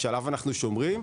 שעליו אנחנו שומרים,